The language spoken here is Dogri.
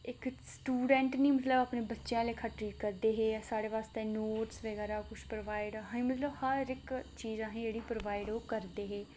इक स्टूडेंट निं मतलब अपने बच्चें आह्ला लेखा ट्रीट करदे हे साढ़े वास्तै नोट्स बगैरा किश प्रोवाइड असें गी मतलब हर इक चीज असें गी जेह्ड़ी प्रोवाइड ओह् करदे हे